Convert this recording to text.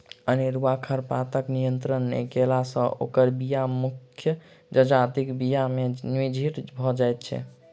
अनेरूआ खरपातक नियंत्रण नै कयला सॅ ओकर बीया मुख्य जजातिक बीया मे मिज्झर भ जाइत छै